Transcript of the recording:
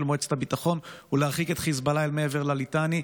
מועצת הביטחון ולהרחיק את חיזבאללה אל מעבר לליטני.